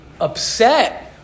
upset